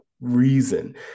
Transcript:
reason